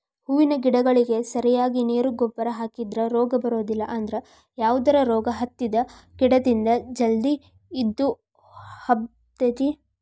ಹೂವಿನ ಗಿಡಗಳಿಗೆ ಸರಿಯಾಗಿ ನೇರು ಗೊಬ್ಬರ ಹಾಕಿದ್ರ ರೋಗ ಬರೋದಿಲ್ಲ ಅದ್ರ ಯಾವದರ ರೋಗ ಹತ್ತಿದ ಗಿಡದಿಂದ ಜಲ್ದಿ ಇದು ಹಬ್ಬತೇತಿ